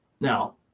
Now